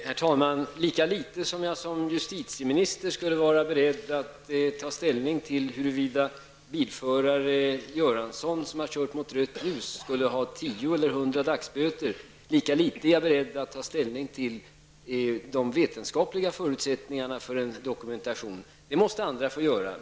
Herr talman! Lika litet som jag som justitieminister skulle vara beredd att ta ställning till huruvida bilförare Göransson, som har kört mot rött ljus, skall ha tio eller hundra dagsböter, lika litet är jag beredd att ta ställning till de vetenskapliga förutsättningarna för en dokumentation. Det är upp till andra att göra.